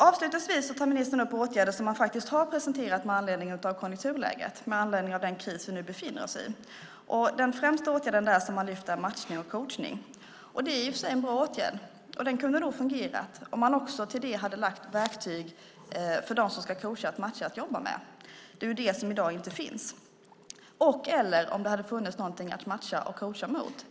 Avslutningsvis tar ministern upp åtgärder som man faktiskt har presenterat med anledning av konjunkturläget, med anledning av den kris vi nu befinner oss i. Den främsta åtgärd som han lyfter fram är matchning och coachning. Det är i och för sig en bra åtgärd, och den kunde nog ha fungerat om man till det hade lagt verktyg att jobba med för dem som ska matcha och coacha - de finns inte i dag - och/eller om det hade funnits någonting att matcha och coacha mot.